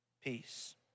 peace